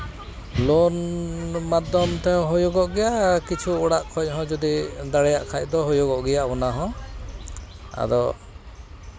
loan ᱢᱟᱫᱽᱫᱷᱚᱢ ᱛᱮᱦᱚᱸ ᱦᱩᱭᱩᱜᱚᱜ ᱜᱮᱭᱟ ᱠᱤᱪᱷᱩ ᱚᱲᱟᱜ ᱠᱷᱚᱱ ᱦᱚᱸ ᱡᱩᱫᱤ ᱫᱟᱲᱮᱭᱟᱜ ᱠᱷᱟᱱ ᱫᱚ ᱦᱩᱭᱩᱜᱚᱜ ᱜᱮᱭᱟ ᱚᱱᱟ ᱦᱚᱸ ᱟᱫᱚ